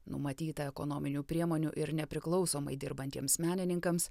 numatyta ekonominių priemonių ir nepriklausomai dirbantiems menininkams